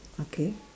okay